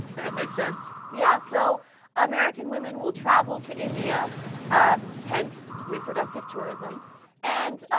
and make sense yeah so american women will travel to india hence reproductive tourism and